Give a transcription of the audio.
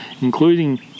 including